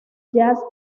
jazz